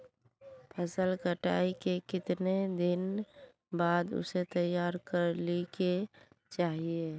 फसल कटाई के कीतना दिन बाद उसे तैयार कर ली के चाहिए?